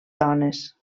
dones